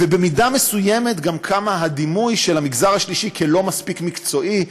ובמידה מסוימת גם כמה הדימוי של המגזר השלישי כלא מספיק מקצועי,